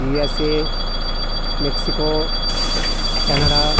USA Mexico Canada